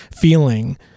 feeling